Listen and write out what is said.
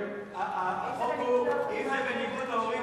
החוק הוא: אם זה בניגוד להורים,